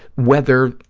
whether,